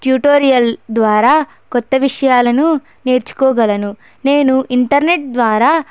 tutorial ద్వారా కొత్త విషయాలను నేర్చుకోగలను నేను ఇంటర్నెట్ ద్వారా